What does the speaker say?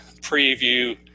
preview